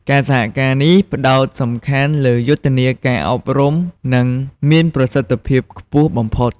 ការសហការនេះផ្តោតសំខាន់លើយុទ្ធនាការអប់រំ ដែលមានប្រសិទ្ធភាពខ្ពស់បំផុត។